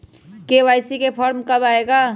KYC form कब आए गा?